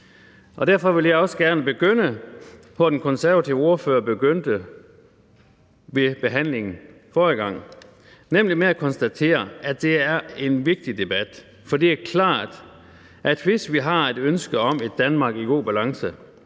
Derfor vil jeg også gerne begynde, hvor den konservative ordfører begyndte ved behandlingen forrige gang, nemlig med at konstatere, at det er en vigtig debat. Det er klart, at hvis vi har et ønske om et Danmark i god balance